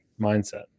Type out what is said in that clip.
mindset